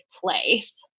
place